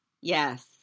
Yes